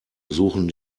suchen